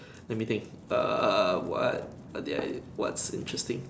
let me think err what what did I whats interesting